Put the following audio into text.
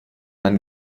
man